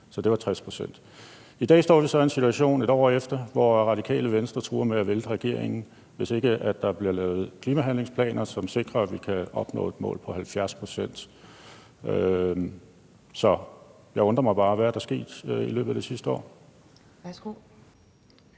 så det var 60 pct. I dag står vi så i en situation et år efter, hvor Radikale Venstre truer med at vælte regeringen, hvis ikke der bliver lavet klimahandlingsplaner, som sikrer, at vi kan opnå et mål på 70 pct. Så jeg undrer mig bare – hvad er der sket i løbet af det sidste år? Kl.